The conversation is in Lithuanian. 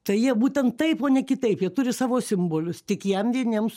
tai jie būtent taip o ne kitaip jie turi savo simbolius tik jam vieniem